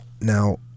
Now